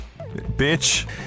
bitch